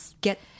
get